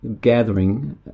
gathering